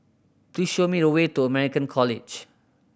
please show me the way to American College